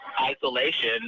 isolation